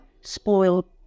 spoiled